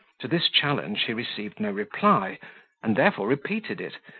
to this challenge he received no reply and therefore repeated it,